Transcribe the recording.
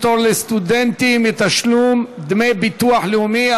פטור לסטודנטים מתשלום דמי ביטוח לאומי),